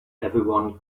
everyone